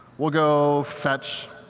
we'll go fetch